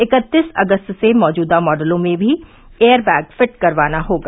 इकत्तीस अगस्त से मौजूदा मॉडलों में भी एयरबैग फिट करवाना होगा